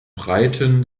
breiten